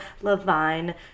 Levine